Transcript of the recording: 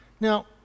Now